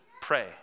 pray